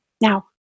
Now